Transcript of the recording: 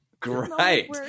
Great